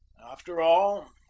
after all,